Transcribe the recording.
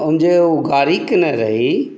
हम जे ओ गाड़ी कयने रही